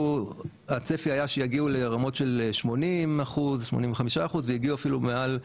הצפי היה שיגיעו לרמות של 80%-85% והגיעו אפילו מעל,